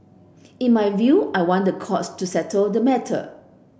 in my view I want the courts to settle the matter